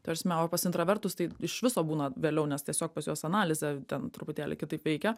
ta prasme o pas intravertus tai iš viso būna vėliau nes tiesiog pas juos analizė ten truputėlį kitaip veikia